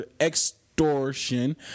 extortion